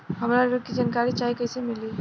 हमरा ऋण के जानकारी चाही कइसे मिली?